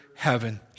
Heaven